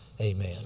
Amen